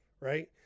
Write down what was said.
Right